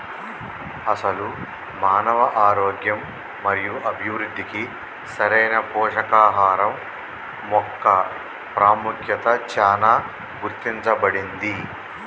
అసలు మానవ ఆరోగ్యం మరియు అభివృద్ధికి సరైన పోషకాహరం మొక్క పాముఖ్యత చానా గుర్తించబడింది